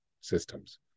systems